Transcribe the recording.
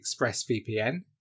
ExpressVPN